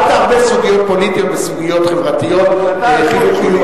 אל תערבב סוגיות פוליטיות בסוגיות חברתיות וחינוכיות.